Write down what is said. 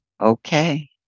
Okay